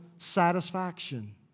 satisfaction